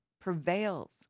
prevails